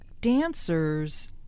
dancers